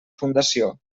fundació